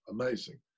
amazing